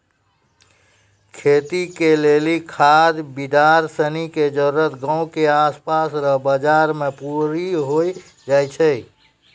खेती के लेली खाद बिड़ार सनी के जरूरी गांव के आसपास रो बाजार से पूरी होइ जाय छै